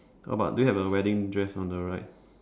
how about do you have a wedding dress on the right